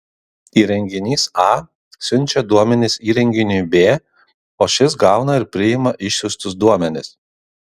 įrenginys a siunčia duomenis įrenginiui b o šis gauna ir priima išsiųstus duomenis